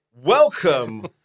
Welcome